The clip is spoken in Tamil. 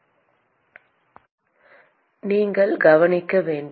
மாணவர் நீங்கள் கவனிக்க வேண்டும்